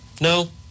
No